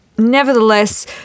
Nevertheless